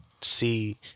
see